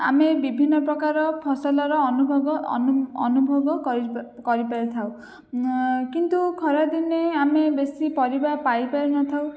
ଆମେ ବିଭିନ୍ନ ପ୍ରକାର ଫସଲର ଅନୁଭବ ଅନୁଭବ କରିପାରିଥାଉ କିନ୍ତୁ ଖରାଦିନେ ଆମେ ବେଶି ପରିବା ପାଇପାରିନଥାଉ